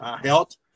health